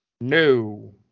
No